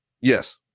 Yes